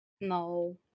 No